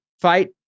fight